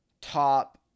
top